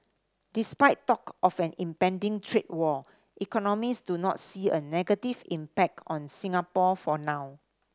despite talk of an impending trade war economists do not see a negative impact on Singapore for now